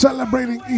Celebrating